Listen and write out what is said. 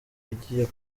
igiye